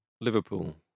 Liverpool